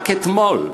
רק אתמול,